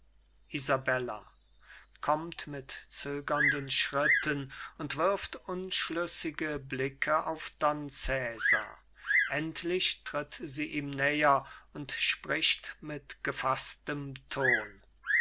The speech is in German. kommt mit zögernden schritten und wirft unschlüssige blicke auf don cesar endlich tritt sie ihm näher und spricht mit gefaßtem ton